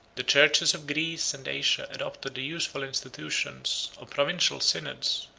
the churches of greece and asia adopted the useful institutions of provincial synods,